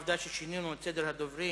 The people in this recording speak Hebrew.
בשל העובדה ששינינו את סדר הדוברים